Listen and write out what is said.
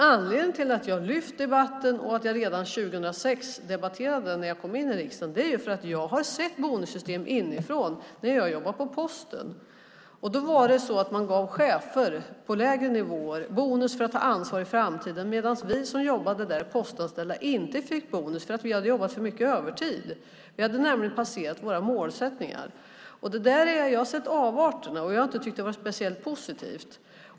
Anledningen till att jag har lyft fram debatten och att jag redan 2006 debatterade detta när jag kom in i riksdagen är att jag har sett bonussystem inifrån när jag jobbade på Posten. Då gav man chefer på lägre nivåer bonus för att ta ansvar i framtiden, medan vi som jobbade där, vi postanställda, inte fick bonus, för vi hade jobbat för mycket övertid. Vi hade nämligen passerat våra målsättningar. Jag har sett avarterna, och jag har inte tyckt att det har varit speciellt positivt.